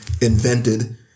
invented